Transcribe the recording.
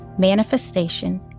manifestation